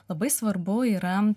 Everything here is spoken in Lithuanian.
labai svarbu yra